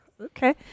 Okay